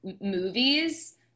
movies